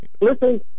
Listen